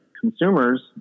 Consumers